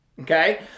Okay